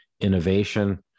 innovation